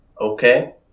Okay